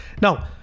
Now